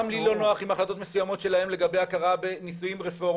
גם לי לא נוח עם החלטות מסוימות שלהם לגבי הכרה בנישואים רפורמיים,